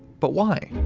but why?